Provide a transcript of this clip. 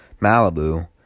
Malibu